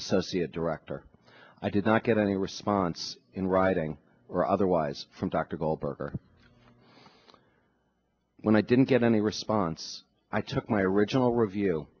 associate director i did not get any response in writing or otherwise from dr goldberg or when i didn't get any response i took my original review